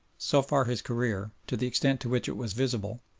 so far his career, to the extent to which it was visible,